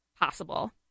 possible